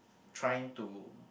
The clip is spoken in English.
trying to